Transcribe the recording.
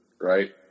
right